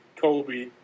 Kobe